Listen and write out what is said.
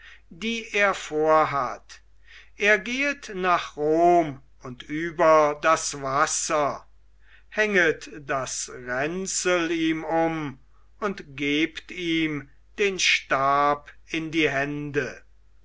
die er vorhat er gehet nach rom und über das wasser hänget das ränzel ihm um und gebt ihm den stab in die hände